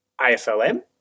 AFLM